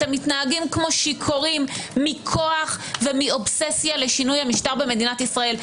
אתם מתנהגים כמו שיכורים מכוח ומאובססיה לשינוי המשטר במדינת ישראל,